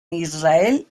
israel